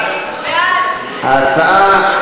ההצעה,